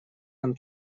нам